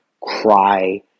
cry